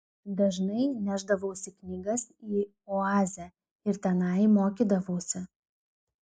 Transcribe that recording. dažnai nešdavausi knygas į oazę ir tenai mokydavausi